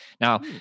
Now